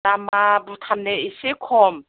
दामा भुटानने एसे खम